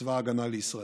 צבא ההגנה לישראל.